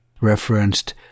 referenced